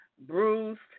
bruised